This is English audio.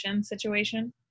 situation